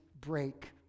break